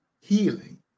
healing